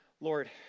lord